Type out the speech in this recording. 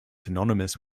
synonymous